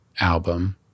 album